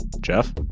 Jeff